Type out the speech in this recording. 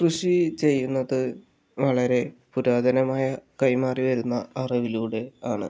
കൃഷി ചെയ്യുന്നത് വളരെ പുരാതനമായ കൈമാറി വരുന്ന അറിവിലൂടെ ആണ്